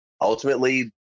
ultimately